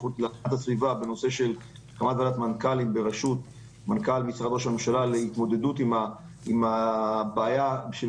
לאיכות הסביבה בנוגע להתמודדות עם הבעיה של